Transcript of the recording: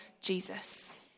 Jesus